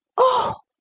oh!